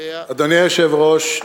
אדוני היושב-ראש,